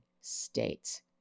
States